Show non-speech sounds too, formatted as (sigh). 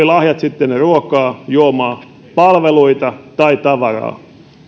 (unintelligible) lahjat sitten ruokaa juomaa palveluita tai tavaraa